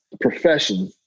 profession